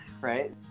right